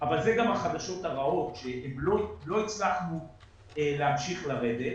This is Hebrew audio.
אבל זה גם החדשות הרעות שלא הצלחנו להמשיך לרדת